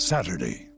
Saturday